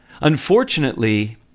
Unfortunately